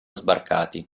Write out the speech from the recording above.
sbarcati